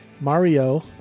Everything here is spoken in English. Mario